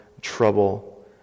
trouble